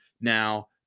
now